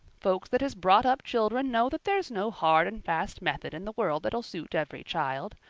folks that has brought up children know that there's no hard and fast method in the world that'll suit every child.